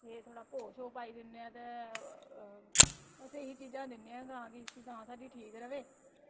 एह् थोह्ड़ा भोऽ शोऽ पाई दि'न्ने आं ते स्हेई चीजां दि'न्ने आं ते गांऽ गी गांऽ साढ़ी ठीक र'वै